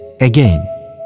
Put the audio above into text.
again